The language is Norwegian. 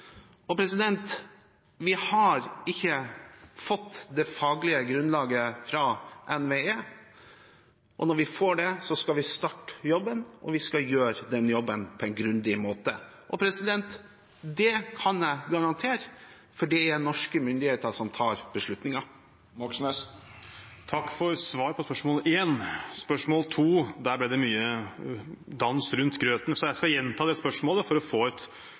Vi har ikke fått det faglige grunnlaget fra NVE. Når vi får det, skal vi starte jobben, og vi skal gjøre den jobben på en grundig måte. Det kan jeg garantere, for det er norske myndigheter som tar beslutningen. Takk for svar på spørsmål 1. Når det gjelder spørsmål 2, ble det mye dans rundt grøten, så jeg skal gjenta spørsmålet for å